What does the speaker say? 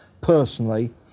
personally